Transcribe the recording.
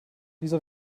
wieso